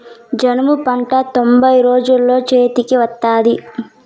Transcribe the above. జనుము పంట తొంభై రోజుల్లో చేతికి వత్తాది